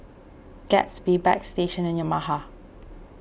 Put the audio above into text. Gatsby Bagstationz and Yamaha